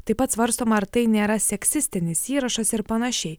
taip pat svarstoma ar tai nėra seksistinis įrašas ir panašiai